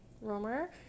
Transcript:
Romer